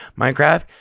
Minecraft